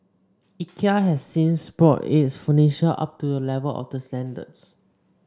Ikea has since brought its furniture up to the level of the standards